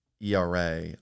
ERA